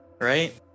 right